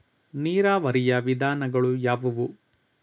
ನೀರಾವರಿಯ ವಿಧಾನಗಳು ಯಾವುವು?